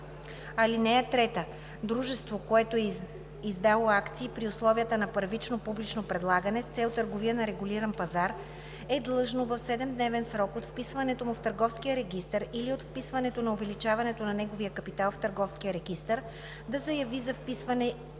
така: „(3) Дружество, което е издало акции при условията на първично публично предлагане с цел търговия на регулиран пазар, е длъжно в 7-дневен срок от вписването му в търговския регистър или от вписването на увеличаването на неговия капитал в търговския регистър да заяви за вписване емисията